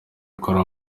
akora